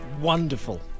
wonderful